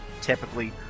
typically